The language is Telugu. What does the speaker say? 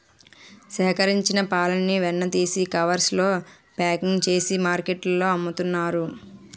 సేకరించిన పాలని వెన్న తీసి కవర్స్ లో ప్యాకింగ్ చేసి మార్కెట్లో అమ్ముతున్నారు